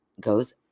goes